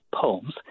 poems